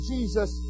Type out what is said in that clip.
Jesus